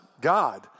God